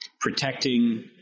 protecting